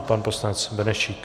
Pan poslanec Benešík.